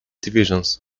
divisions